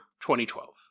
2012